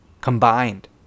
Combined